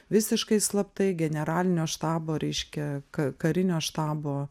visiškai slaptai generalinio štabo reiškia ka karinio štabo